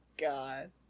God